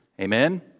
Amen